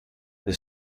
the